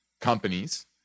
companies